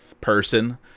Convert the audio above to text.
person